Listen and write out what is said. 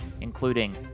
including